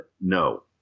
no